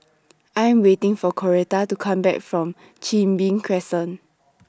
I Am waiting For Coretta to Come Back from Chin Bee Crescent